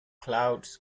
clouds